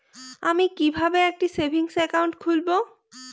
আমি কিভাবে একটি সেভিংস অ্যাকাউন্ট খুলব?